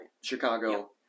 Chicago